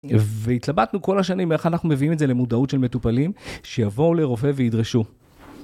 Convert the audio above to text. והתלבטנו כל השנים איך אנחנו מביאים את זה למודעות של מטופלים שיבואו לרופא וידרשו.